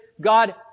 God